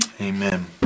Amen